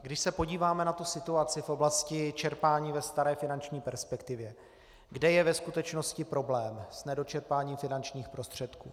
Když se podíváme na situaci v oblasti čerpání ve staré finanční perspektivě, kde je ve skutečnosti problém s nedočerpáním finančních prostředků?